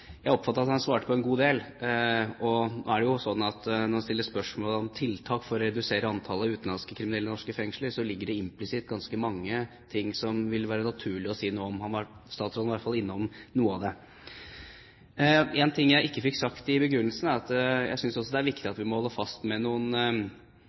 Jeg oppfattet at han svarte på en god del. Nå er det jo sånn at når en stiller spørsmål om tiltak for å redusere antall utenlandske kriminelle i norske fengsler, ligger det implisitt ganske mange ting som det vil være naturlig å si noe om. Statsråden var iallfall innom noe av det. En ting jeg ikke fikk sagt i begrunnelsen, er at jeg synes også det er viktig